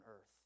earth